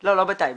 לא, לא בטייבה.